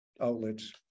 outlets